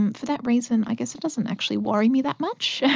um for that reason i guess it doesn't actually worry me that much,